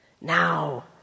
Now